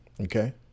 Okay